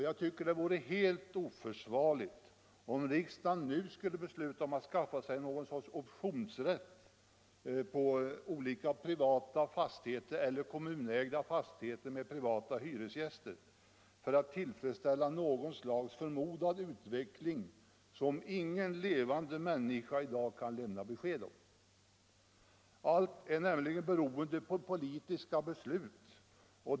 Jag tycker det vore helt oförsvarligt om riksdagen nu skulle besluta att skaffa sig någon sorts optionsrätt på olika privata fastigheter eller kommunägda fastigheter med privata hyresgäster för att tillfredsställa något slags förmodad utveckling som ingen levande människa i dag kan lämna besked om. Allt är nämligen beroende av politiska beslut.